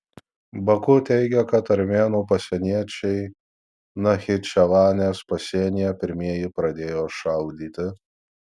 baku teigia kad armėnų pasieniečiai nachičevanės pasienyje pirmieji pradėjo šaudyti